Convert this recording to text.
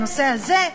בנושא הזה,